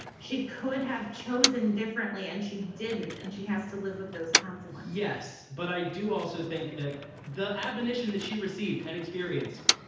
she could have chosen differently and she didn't. and she has to live with those kinds of like yes. but i do also think that the admonition that she received and experienced,